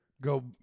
go